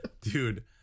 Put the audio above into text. dude